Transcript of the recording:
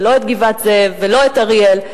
ולא את גבעת-זאב ולא את אריאל,